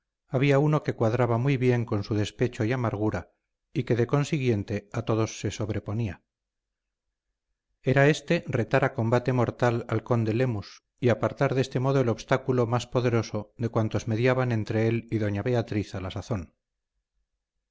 había uno que cuadraba muy bien con su despecho y amargura y que de consiguiente a todos se sobreponía era éste retar a combate mortal al conde lemus y apartar de este modo el obstáculo más poderoso de cuantos mediaban entre él y doña beatriz a la sazón